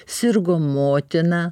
sirgo motina